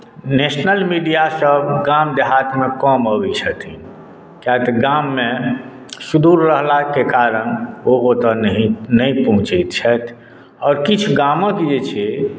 national मीडियासभ गाम देहातमे कम अबैत छथिन कियाक तऽ गाममे सुदूर रहलाक कारण ओ ओतय नहि नहि पहुँचैत छथि आओर किछु गामक जे छै